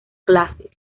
clases